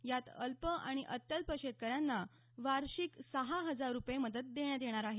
यात अल्प आणि अत्यल्प शेतकऱ्यांना वार्षिक सहा हजार रुपये मदत देण्यात येणार आहे